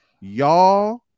y'all